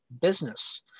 business